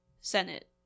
Senate